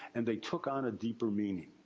and they took on a deeper meaning.